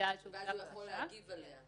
ואז הוא יכול להגיב עליה.